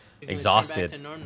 exhausted